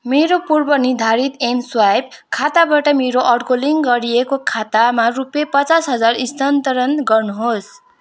मेरो पूर्वनिर्धारित M swipe खाताबाट मेरो अर्को लिङ्क गरिएको खातामा रुपे पचास हजार स्थानान्तरण गर्नुहोस्